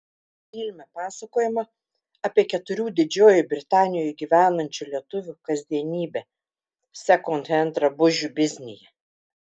filme pasakojama apie keturių didžiojoje britanijoje gyvenančių lietuvių kasdienybę sekondhend drabužių biznyje